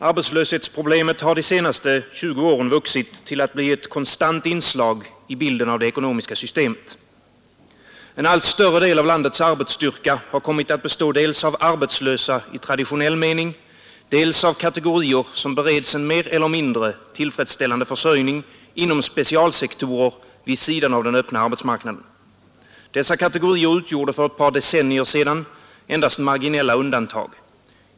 Herr talman! Arbetslöshetsproblemet har de senaste 20 åren vuxit till att bli ett konstant inslag i bilden av det ekonomiska systemet. Full sysselsättning i den mening som förkrigstidens reformekonomer — Beveridge, Keynes, Wigforss m.fl. — inlade i begreppet existerar inte längre. En allt större del av landets arbetsstyrka har kommit att bestå dels av arbetslösa i traditionell mening, dels av kategorier som bereds en mer eller mindre tillfredsställande försörjning inom specialsektorer vid sidan av den öppna arbetsmarknaden. Dessa kategorier utgjorde för ett par decennier sedan endast marginella undantag.